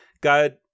God